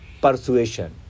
persuasion